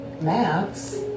Max